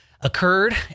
occurred